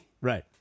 Right